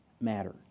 matter